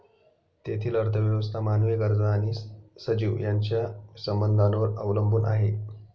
तेथील अर्थव्यवस्था मानवी गरजा आणि सजीव यांच्या संबंधांवर अवलंबून आहे